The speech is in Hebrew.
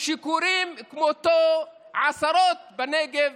קורים כמותו עשרות בנגב,